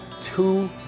two